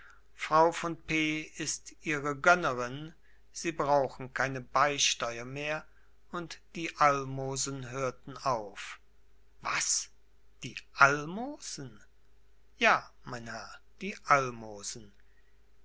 frau von p ist ihre gönnerin sie brauchen keine beisteuer mehr und die almosen hörten auf was die almosen ja mein herr die almosen